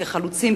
כחלוצים,